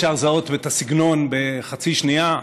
אפשר לזהות את הסגנון בחצי שנייה.